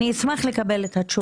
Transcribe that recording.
אני אשמח לקבל את התשובות.